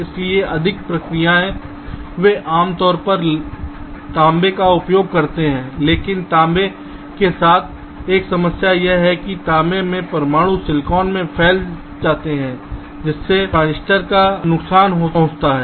इसलिए आधुनिक प्रक्रियाएं वे आमतौर पर तांबे का उपयोग करते हैं लेकिन तांबे के साथ एक समस्या यह है कि तांबे के परमाणु सिलिकॉन में फैल जाते हैं जिससे ट्रांजिस्टर को नुकसान पहुंचता है